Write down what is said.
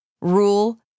rule